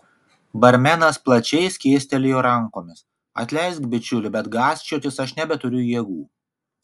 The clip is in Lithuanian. barmenas plačiai skėstelėjo rankomis atleisk bičiuli bet gąsčiotis aš nebeturiu jėgų